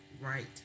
right